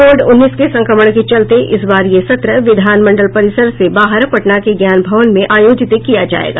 Covid उन्नीस के संक्रमण के चलते इस बार यह सत्र विधान मंडल परिसर से बाहर पटना के ज्ञान भवन में आयोजित किया जायेगा